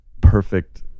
perfect